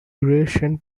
eurasian